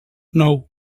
nou